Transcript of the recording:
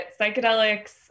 psychedelics